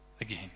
Again